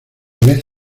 vez